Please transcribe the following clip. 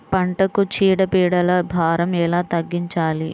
పంటలకు చీడ పీడల భారం ఎలా తగ్గించాలి?